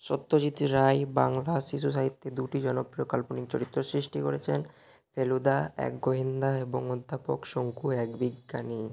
সত্যজিৎ রায় বাংলা শিশু সাহিত্যে দুটি জনপ্রিয় কাল্পনিক চরিত্র সৃষ্টি করেছেন ফেলুদা এক গোয়েন্দা এবং অধ্যাপক শঙ্কু এক বিজ্ঞানী